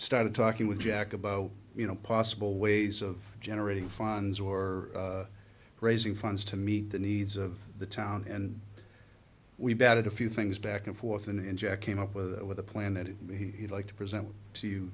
started talking with jack about you know possible ways of generating funds or raising funds to meet the needs of the town and we've added a few things back and forth and jack came up with a plan that he'd like to present to